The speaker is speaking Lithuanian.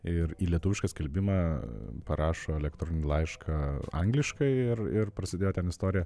ir į lietuvišką skelbimą parašo elektroninį laišką angliškai ir ir prasidėjo ten istorija